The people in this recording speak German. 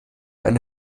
eine